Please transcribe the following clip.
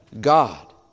God